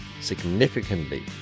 significantly